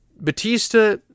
Batista